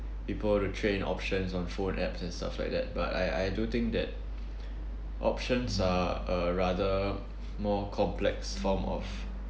people to trade in options on phone apps and stuff like that but I I do think that options are a rather more complex form of